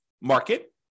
market